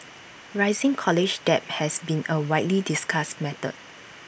rising college debt has been A widely discussed matter